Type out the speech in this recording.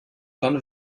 wann